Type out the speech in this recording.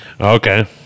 Okay